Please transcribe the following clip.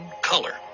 color